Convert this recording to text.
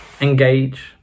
engage